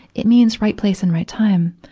it means right place and right time.